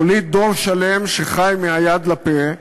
הוליד דור שלם שחי מהיד לפה,